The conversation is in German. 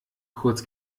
kurz